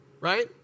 right